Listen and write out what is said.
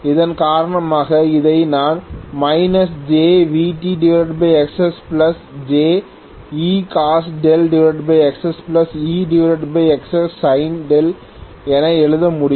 இதன் காரணமாக இதை நான் jVtXsjEcos XsEXssin என எழுத முடியும்